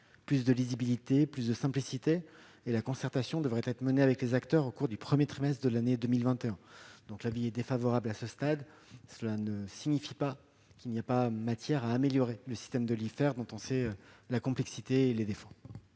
plus de lisibilité et de simplicité. Une concertation devrait être menée avec les acteurs au cours du premier trimestre de l'année 2021. Le Gouvernement émet un avis défavorable à ce stade, ce qui ne signifie pas qu'il n'y a pas matière à améliorer le système de l'IFER, dont on sait la complexité et les défauts.